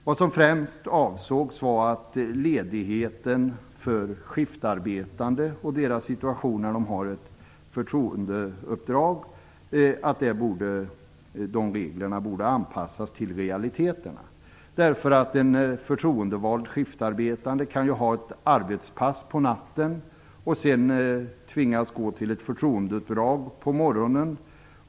Vad som främst avsågs var att reglerna för ledighet för skiftarbetande som har ett förtroendeuppdrag borde anpassas till realiteterna. En förtroendevald skiftarbetande kan ju ha ett arbetspass på natten och sedan tvingas gå till ett förtroendeuppdrag på morgonen.